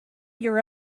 your